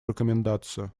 рекомендацию